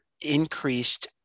increased